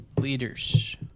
leaders